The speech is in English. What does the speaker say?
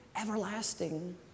everlasting